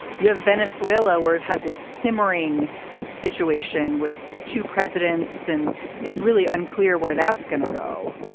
you have venezuela where you've had this simmering situation with two presidents and it's really unclear where that's going to go.